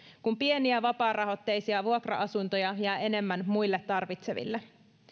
kun pieniä vapaarahoitteisia vuokra asuntoja jää enemmän muille tarvitseville